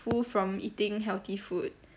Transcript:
full from eating healthy food